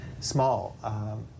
small